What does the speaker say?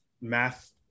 math